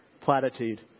platitude